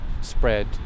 spread